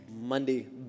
monday